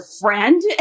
friend